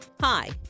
Hi